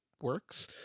works